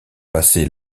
passer